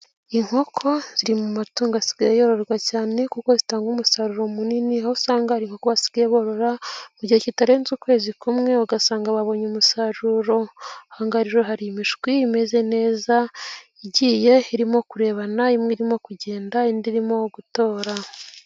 inkoko ziri mu matungo asigaye yororwa cyane kuko zitanga umusaruro munini aho usanga ari kuko basigaye barora mu gihe kitarenze ukwezi kumwe ugasanga babonye umusaruro. Ahangaha rero hari imishwi imeze neza igiye irimo kurebana imwe irimo kugenda indi irimo gutora.